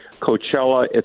Coachella